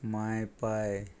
मांय पांय